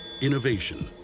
Innovation